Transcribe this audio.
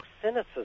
cynicism